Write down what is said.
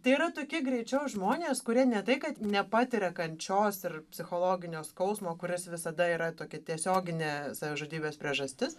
tai yra tokie greičiau žmonės kurie ne tai kad nepatiria kančios ir psichologinio skausmo kuris visada yra tokia tiesioginė savižudybės priežastis